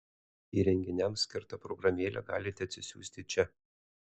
įrenginiams skirtą programėlę galite atsisiųsti čia